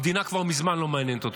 המדינה כבר מזמן לא מעניינת אותו.